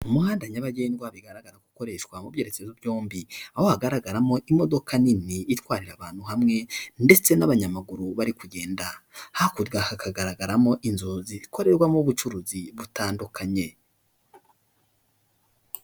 Umuhanda nyabagendwa bigaragara ko ukoreshwa mu byerekezo byombi, aho hagaragaramo imodoka nini itwarira abantu hamwe ndetse n'abanyamaguru bari kugenda, hakurya hakagaragaramo inzu zikorerwamo ubucuruzi butandukanye.